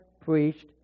preached